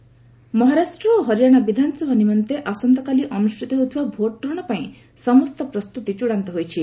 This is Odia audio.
ଆସେମ୍କ୍ ପୋଲ୍ସ ମହାରାଷ୍ଟ୍ର ଓ ହରିଆଣା ବିଧାନସଭା ନିମନ୍ତେ ଆସନ୍ତାକାଲି ଅନୁଷ୍ଠିତ ହେଉଥିବା ଭୋଟ୍ ଗ୍ରହଣ ପାଇଁ ସମସ୍ତ ପ୍ରସ୍ତୁତି ଚୂଡ଼ାନ୍ତ ହୋଇଛି